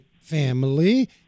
family